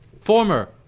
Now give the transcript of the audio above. former